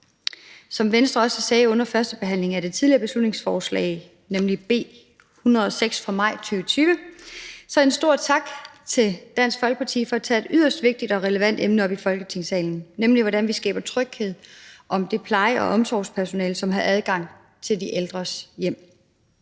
Venstres ordfører gjorde under førstebehandlingen af det tidligere beslutningsforslag, nemlig B 106 fra maj 2020, vil jeg også udtrykke en stor tak til Dansk Folkeparti for at tage et yderst vigtigt og relevant emne op i Folketingssalen, nemlig hvordan vi skaber tryghed om det pleje- og omsorgspersonale, som har adgang til de ældres hjem.